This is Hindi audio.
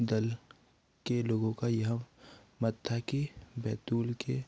दल के लोगों का यह मत था कि बैतूल के